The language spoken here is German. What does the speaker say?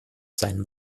sein